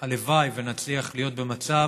והלוואי שנצליח להיות במצב